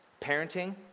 Parenting